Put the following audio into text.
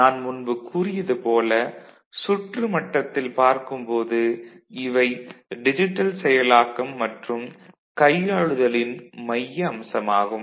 நான் முன்பு கூறியது போல சுற்று மட்டத்தில் பார்க்கும் போது இவை டிஜிட்டல் செயலாக்கம் மற்றும் கையாளுதலின் மைய அம்சமாகும்